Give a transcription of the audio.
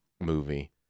movie